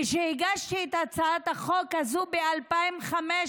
כשהגשתי את הצעת החוק הזו ב-2015,